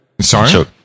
sorry